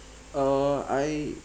uh I